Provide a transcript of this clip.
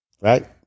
Right